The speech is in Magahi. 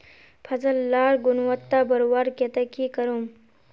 फसल लार गुणवत्ता बढ़वार केते की करूम?